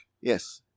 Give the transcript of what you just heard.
yes